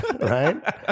right